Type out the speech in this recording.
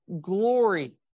glory